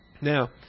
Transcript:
Now